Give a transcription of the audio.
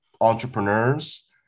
entrepreneurs